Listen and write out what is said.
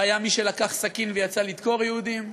והיה מי שלקח סכין ויצא לדקור יהודים,